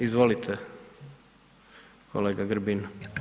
Izvolite kolega Grbin.